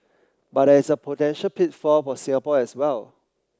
but there is a potential pitfall for Singapore as well